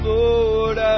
Lord